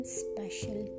special